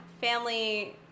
family